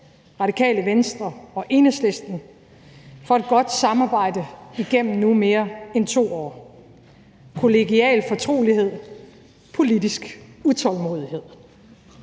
Radikale Venstre og Enhedslisten for et godt samarbejde igennem nu mere end 2 år – med kollegial fortrolighed og politisk utålmodighed.